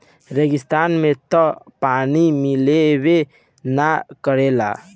रेगिस्तान में तअ पानी मिलबे नाइ करेला